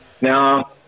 Now